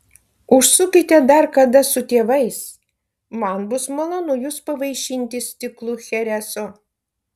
užsukite dar kada su tėvais man bus malonu jus pavaišinti stiklu chereso